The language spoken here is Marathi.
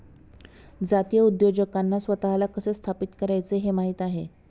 जातीय उद्योजकांना स्वतःला कसे स्थापित करायचे हे माहित आहे